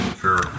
Sure